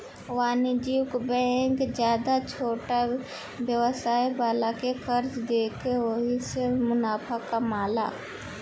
वाणिज्यिक बैंक ज्यादे छोट व्यवसाय वाला के कर्जा देके ओहिसे मुनाफा कामाला